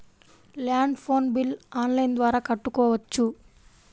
Land phone bill online ద్వారా కట్టుకోవచ్చు?